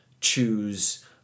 choose